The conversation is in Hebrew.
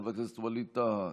חבר הכנסת ווליד טאהא,